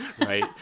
right